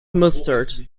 mustard